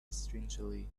strangely